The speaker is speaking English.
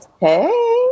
Hey